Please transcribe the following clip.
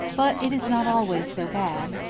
but it is not always so bad.